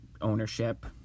ownership